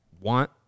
want